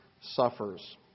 suffers